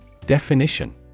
Definition